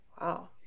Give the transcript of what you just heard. wow